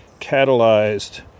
catalyzed